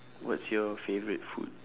what's your favourite food